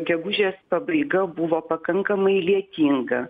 gegužės pabaiga buvo pakankamai lietinga